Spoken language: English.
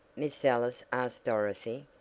miss ellis asked dorothy.